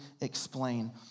explain